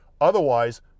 Otherwise